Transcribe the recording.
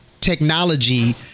technology